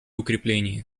укреплении